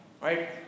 Right